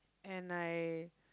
and I